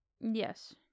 Yes